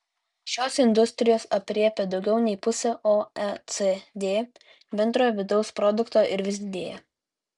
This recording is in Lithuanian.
šios industrijos aprėpia daugiau nei pusę oecd bendrojo vidaus produkto ir vis didėja